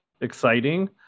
exciting